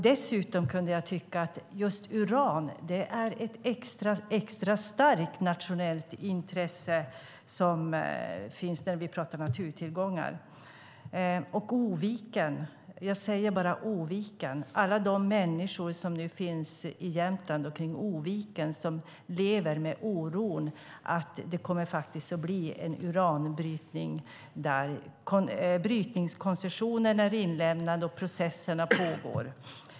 Dessutom kan jag tycka att just uran är av extra starkt nationellt intresse när vi pratar om naturtillgångar. Jag säger bara Oviken. Människor som finns i Jämtland runt Oviken lever med oron att det kommer att bli uranbrytning där. Brytningskoncessionen är inlämnad, och processerna pågår.